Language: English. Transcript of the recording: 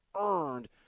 earned